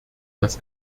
das